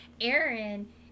Aaron